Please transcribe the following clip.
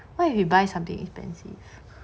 why if he buy something expensive